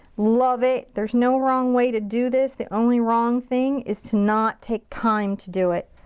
love it. there's no wrong way to do this. the only wrong thing is to not take time to do it.